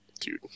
Dude